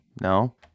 No